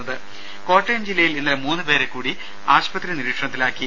രുമ കോട്ടയം ജില്ലയിൽ ഇന്നലെ മൂന്നുപേരെ കൂടി ആശുപത്രി നിരീക്ഷണത്തിലാക്കി